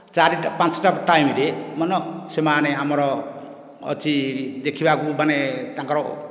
ଚାରିଟା ପାଞ୍ଚଟା ଟାଇମରେ ମାନେ ସେମାନେ ଆମର ଅଛି ଦେଖିବାକୁ ମାନେ ତାଙ୍କର